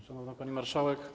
Szanowna Pani Marszałek!